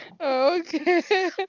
Okay